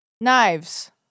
Knives